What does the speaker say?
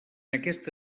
aquesta